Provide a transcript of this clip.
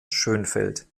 schönfeld